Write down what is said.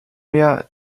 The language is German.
mehr